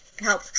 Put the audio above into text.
help